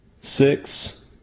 six